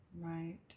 Right